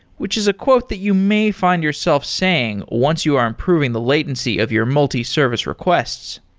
which is a quote that you may find yourself saying once you are improving the latency of your multi-service requests